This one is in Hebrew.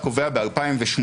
זאת אומרת,